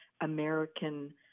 American